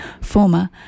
former